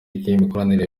imikoranire